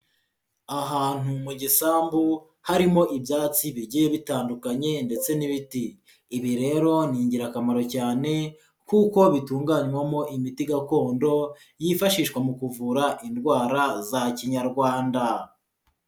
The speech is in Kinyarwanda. Ahantu mu gisambu harimo ibyatsi bigiye bitandukanye ndetse n'ibiti, ibi rero ni ingirakamaro cyane kuko bitunganywamo imiti gakondo yifashishwa mu kuvura indwara za kinyarwanda.